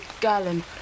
gallon